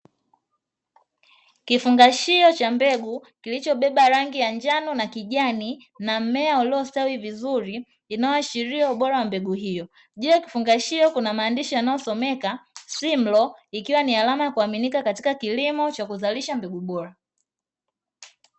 Kifungashio cha mbegu, kilichobeba rangi ya njano na kijani, na mmea uliostawi vizuri, inayoashiria ubora wa mbegu hiyo Juu ya kifungashio kuna maandishi yanayosomeka "simlo", ikiwa ni alama ya kuaminika katika kilimo, cha kuzalisha mbegu bora.